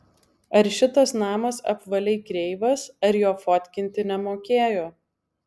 ar šitas namas apvaliai kreivas ar jo fotkinti nemokėjo